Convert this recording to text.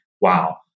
wow